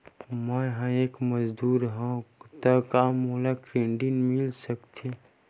मैं ह एक मजदूर हंव त का मोला क्रेडिट मिल सकथे?